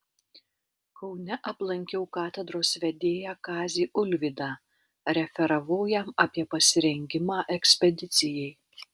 kaune aplankiau katedros vedėją kazį ulvydą referavau jam apie pasirengimą ekspedicijai